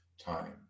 time